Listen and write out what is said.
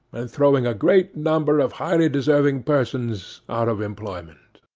and throwing a great number of highly deserving persons out of employment.